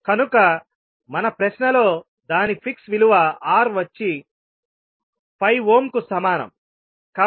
కనుక మన ప్రశ్నలో దాని ఫిక్స్ విలువ R వచ్చి 5 ఓమ్ కు సమానం